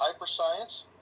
hyperscience